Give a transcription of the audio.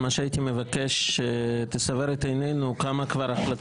זה בדיוק מה שהייתי מבקש שתסבר את עינינו: כמה החלטות